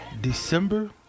December